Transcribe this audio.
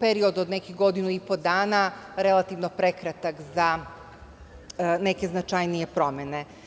period od nekih godinu i po dana relativno prekratak za neke značajnije promene.